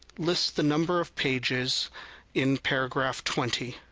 list the number of pages in paragraph twenty.